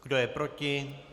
Kdo je proti?